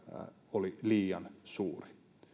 liian suuri